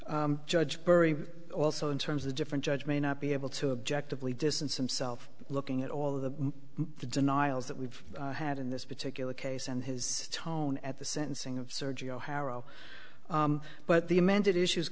beurre also in terms of the different judge may not be able to objective lee distance himself looking at all of the denials that we've had in this particular case and his tone at the sentencing of sergio harrow but the amended issues